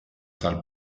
tal